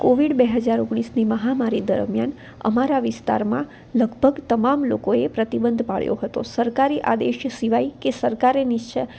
Covid બે હજાર ઓગણીસની મહામારી દરમિયાન અમારા વિસ્તારમાં લગભગ તમામ લોકોએ પ્રતિબંધ પાળ્યો હતો સરકારી આદેશ સિવાય કે સરકારી નિશ્ચિ